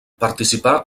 participà